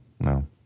No